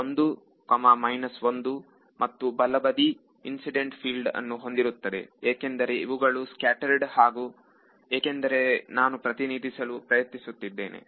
1 1 ಮತ್ತು ಬಲಬದಿ incident field ಅನ್ನು ಹೊಂದಿರುತ್ತದೆ ಏಕೆಂದರೆ ಇವುಗಳು ಸ್ಕ್ಯಾಟರೆಡ್ ಹಾಗೂ ಏಕೆಂದರೆ ನಾನು ಪ್ರತಿನಿಧಿಸಲು ಪ್ರಯತ್ನಿಸುತ್ತಿದ್ದೇನೆ